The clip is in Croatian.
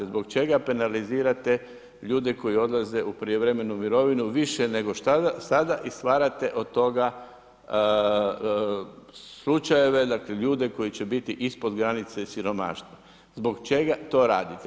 Zbog čega penalizirate ljude koji odlaze u prijevremenu mirovinu više nego sada i stvarate od toga slučajeva, dakle ljude koji će biti ispod granice siromaštva, zbog čega to radite?